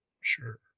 sure